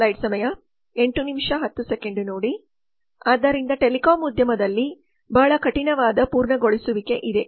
ಆದ್ದರಿಂದ ಟೆಲಿಕಾಂ ಉದ್ಯಮದಲ್ಲಿ ಬಹಳ ಕಠಿಣವಾದ ಪೂರ್ಣಗೊಳಿಸುವಿಕೆ ಇದೆ